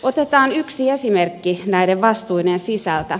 otetaan yksi esimerkki näiden vastuiden sisältä